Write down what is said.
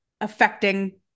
affecting